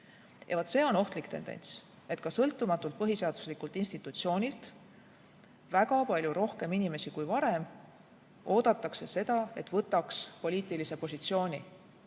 see on ohtlik tendents, et ka sõltumatult põhiseaduslikult institutsioonilt väga palju rohkem inimesi kui varem ootab seda, et võtaks poliitilise positsiooni.